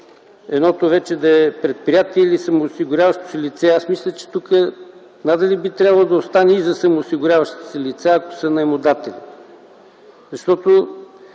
едното да е предприятие или самоосигуряващо се лице, мисля, че тук надали би трябвало да остане „и за самоосигуряващите се лица”, ако са наемодатели. Доколкото